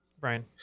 Brian